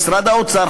משרד האוצר,